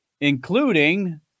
including